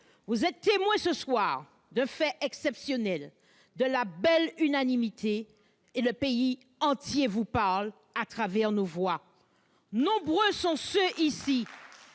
Vous êtes témoin ce soir d'un fait exceptionnel, d'une belle unanimité : le pays entier vous parle à travers nos voix !( Contrairement